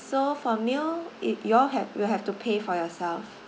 so for meal you you all have will have to pay for yourself